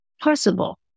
possible